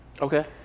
Okay